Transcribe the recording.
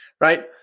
Right